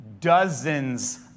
dozens